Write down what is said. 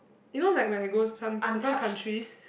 you know like when I go some to some countries